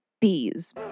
bees